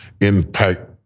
impact